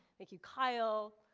thank you, kyle.